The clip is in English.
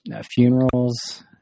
funerals